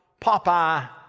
Popeye